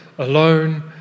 Alone